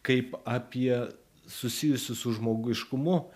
kaip apie susijusių su žmogiškumu